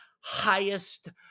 highest